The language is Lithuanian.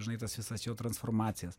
žinai tas visas jo transformacijas